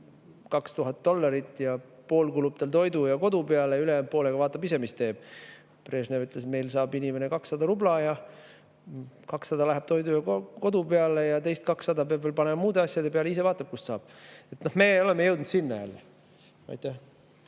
2000 dollarit, pool kulub toidu ja kodu peale, ülejäänud poolega vaatab ise, mis teeb. Brežnev ütles, et meil saab inimene 200 rubla, 200 läheb toidu ja kodu peale ning teist 200 peab veel panema muude asjade peale – ise vaatab, kust saab. Me oleme jälle sinna jõudnud.